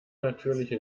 natürliche